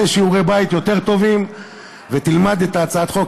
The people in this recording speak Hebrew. שיעורי-בית יותר טובים ותלמד את הצעת החוק,